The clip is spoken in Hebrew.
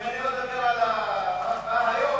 אם אני לא אדבר על ההקפאה היום,